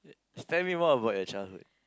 tell me more about your childhood